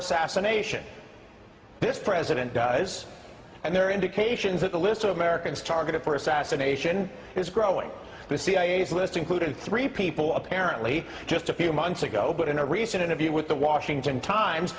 assassination this president does and there are indications that the list of americans targeted for assassination is growing the cia's list included three people apparently just a few months ago but in a recent interview with the washington times